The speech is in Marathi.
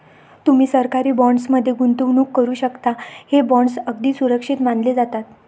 तुम्ही सरकारी बॉण्ड्स मध्ये गुंतवणूक करू शकता, हे बॉण्ड्स अगदी सुरक्षित मानले जातात